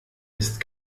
ist